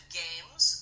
games